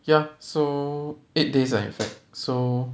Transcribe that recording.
ya so eight days ah in effect so